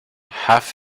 half